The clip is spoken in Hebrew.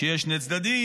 שיש שני צדדים,